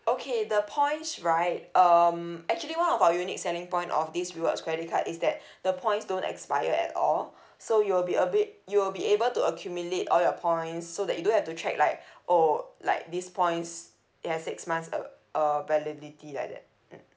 okay the points right um actually one of our unique selling point of this rewards credit card is that the points don't expire at all so it will be a bit you'll be able to accumulate all your points so that you don't have to check like or like these points it has six months uh uh validity that mm